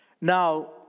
Now